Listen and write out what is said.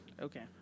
Okay